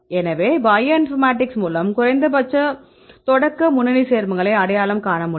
எனவே bioinformatics மூலம் குறைந்தபட்ச தொடக்க முன்னணி சேர்மங்களை அடையாளம் காண முடியும்